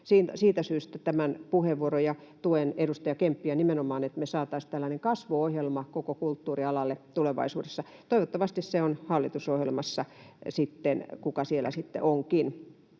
Siitä syystä tämä puheenvuoro. Ja tuen edustaja Kemppiä nimenomaan, että me saataisiin tällainen kasvuohjelma koko kulttuurialalle tulevaisuudessa. Toivottavasti se on hallitusohjelmassa sitten, kuka siellä sitten onkin.